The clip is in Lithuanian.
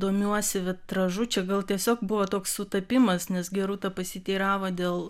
domiuosi vitražu čia gal tiesiog buvo toks sutapimas nes gerūta pasiteiravo dėl